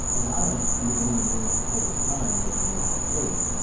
a lot of this you only learn over time, as you make mistakes.